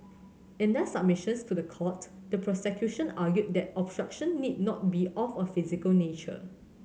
in their submissions to the court the prosecution argued that obstruction need not be of a physical nature